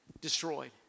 destroyed